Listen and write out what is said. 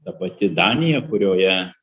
ta pati danija kurioje